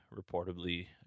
reportedly